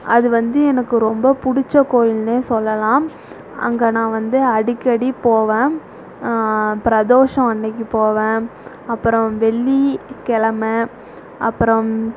அது வந்து எனக்கு ரொம்ப பிடிச்ச கோயில்னே சொல்லலாம் அங்கே நான் வந்து அடிக்கடி போவேன் பிரதோஷம் அன்னிக்கி போவேன் அப்புறம் வெள்ளிக்கிழம அப்புறம்